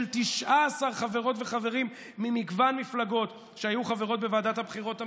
של 19 חברות וחברים ממגוון מפלגות שהיו חברות בוועדת הבחירות המרכזית,